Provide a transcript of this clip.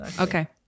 Okay